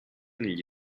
negli